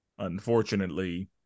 Unfortunately